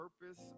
purpose